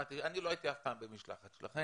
אני לא הייתי אף פעם במשלחת שלכם.